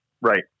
Right